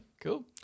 Cool